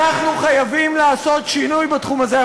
אנחנו חייבים לעשות שינוי בתחום הזה,